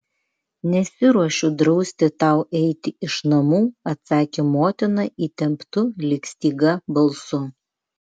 nesiruošiu drausti tau eiti iš namų atsakė motina įtemptu lyg styga balsu